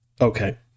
Okay